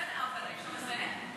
בסדר, אבל אי-אפשר לזהם.